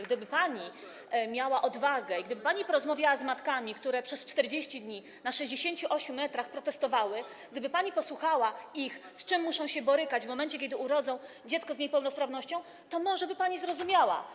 Gdyby pani miała odwagę i gdyby pani porozmawiała z matkami, które przez 40 dni na 68 m2 protestowały, gdyby pani posłuchała ich, z czym muszą się borykać w momencie, kiedy urodzą dziecko z niepełnosprawnością, to może by pani zrozumiała.